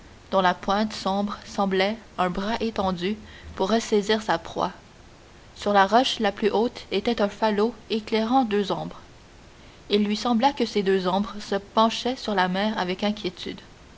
dont la pointe sombre semblait un bras étendu pour ressaisir sa proie sur la roche la plus haute était un falot éclairant deux ombres il lui sembla que ces deux ombres se penchaient sur la mer avec inquiétude